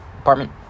apartment